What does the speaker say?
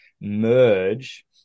merge